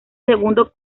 segundo